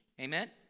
Amen